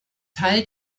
teil